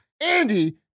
Andy